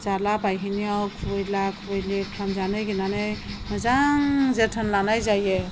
जालाबायहैनायाव खुबैला खुबैलि खालामजानो गिनानै मोजां जोथोन लानाय जायो